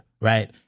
right